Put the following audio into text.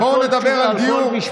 עכשיו בואו נדבר על גיור.